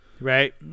right